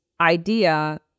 idea